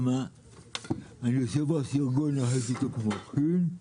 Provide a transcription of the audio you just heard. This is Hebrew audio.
אני יושב-ראש ארגון נכי שיתוק מוחין.